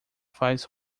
faz